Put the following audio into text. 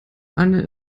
anne